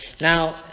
Now